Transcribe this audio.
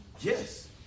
Yes